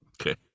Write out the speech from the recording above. Okay